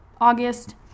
August